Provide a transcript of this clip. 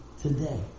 today